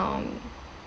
um